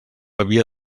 havia